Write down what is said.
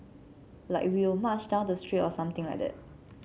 like we will march down the street or something like that